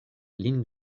lin